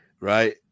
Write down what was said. right